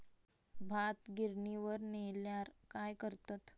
भात गिर्निवर नेल्यार काय करतत?